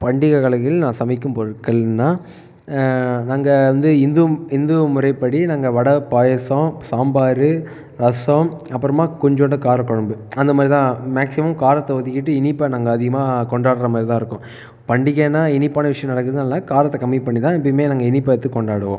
பண்டிகை வேளைகளில் நான் சமைக்கும் பொருட்கள்னா நாங்கள் வந்து இந்து இந்து முறைப்படி நாங்கள் வடை பாயாசம் சாம்பார் ரசம் அப்புறமா கொஞ்சோண்டு காரக்குழம்பு அந்தமாதிரி தான் மேக்சிமம் காரத்தை ஒதுக்கிட்டு இனிப்பை நாங்கள் அதிகமாக கொண்டாடுகிற மாதிரி தான் இருக்கும் பண்டிகைனா இனிப்பான விஷயம் நடக்குதுன்னால காரத்தை கம்மி பண்ணிதான் எப்போயுமே நாங்கள் இனிப்பை எடுத்துக் கொண்டாடுவோம்